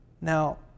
Now